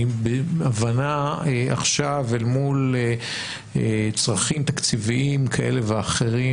אני בהבנה עכשיו אל מול צרכים תקציביים כאלה ואחרים.